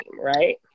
right